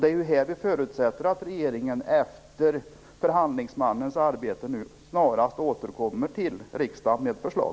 Det är här vi förutsätter att regeringen efter förhandlingsmannens arbete snarast återkommer till riksdagen med ett förslag.